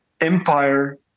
empire